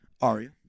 aria